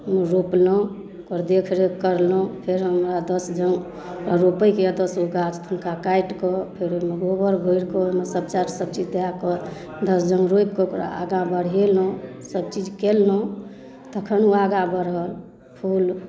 रोपलहुँ ओकर देख रेख करलहुँ फेर हमरा एतऽ सँ जँ रोपेके यऽ तऽ एतऽ सँ ओ गाछ हुनका काटिके फेर ओहिमे गोबर भरि कऽ ओहिमे सब चीज दै कऽ दश जन रोपिके ओकरा आगाँ बढ़ेलहुँ सब चीज कयलहुँ तखन ओ आगाँ बढ़ल फूल